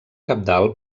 cabdal